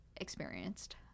experienced